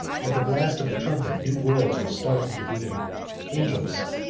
at the blast of the trumpet, new worlds will start into being angels,